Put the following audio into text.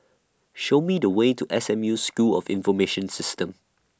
Show Me The Way to S M U School of Information Systems